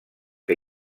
que